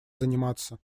заниматься